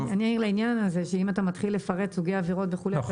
אם אתה מתחיל לפרט סוגי עבירות וכולי,